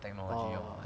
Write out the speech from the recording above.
oh